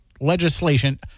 legislation